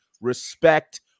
respect